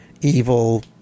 evil